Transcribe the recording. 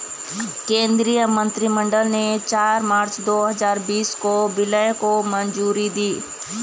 केंद्रीय मंत्रिमंडल ने चार मार्च दो हजार बीस को विलय को मंजूरी दी